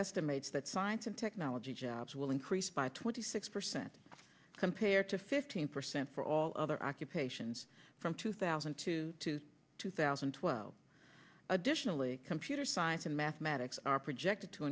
estimates that science and technology jobs will increase by twenty six percent compared to fifteen percent for all other occupations from two thousand to two thousand and twelve additionally computer science and mathematics are projected to